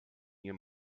nie